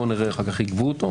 בוא נראה איך אחר רק יגבו אותו,